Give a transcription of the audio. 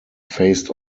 faced